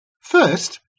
first